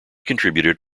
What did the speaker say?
contributed